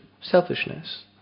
selfishness